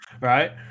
right